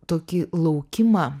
tokį laukimą